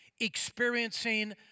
experiencing